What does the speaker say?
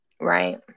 Right